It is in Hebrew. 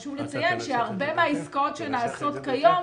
חשוב לציין שהרבה מהעסקאות של צרכנים שנעשות כיום